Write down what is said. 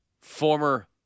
former